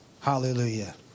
Hallelujah